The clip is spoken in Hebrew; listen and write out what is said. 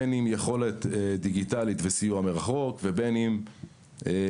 בין אם יכולת דיגיטלית וסיוע מרחוק ובין אם יכולת